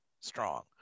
strong